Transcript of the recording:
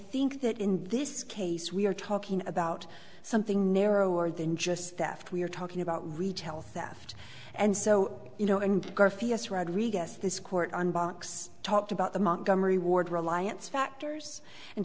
think that in this case we're talking about something narrower than just stuff we're talking about retail theft and so you know and guess this court on box talked about the montgomery ward reliance factors and